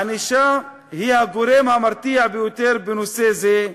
ענישה היא הגורם המרתיע ביותר בנושא זה,